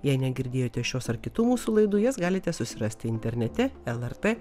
jei negirdėjote šios ar kitų mūsų laidų jas galite susirasti internete el er tė